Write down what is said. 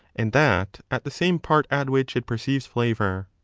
and that at the same part at which it perceives flavour.